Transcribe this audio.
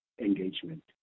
engagement